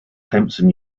clemson